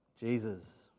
Jesus